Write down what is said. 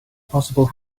possible